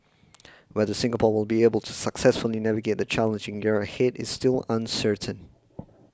whether Singapore will be able to successfully navigate the challenging year ahead is still uncertain